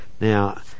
Now